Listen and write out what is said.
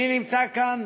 אני נמצא כאן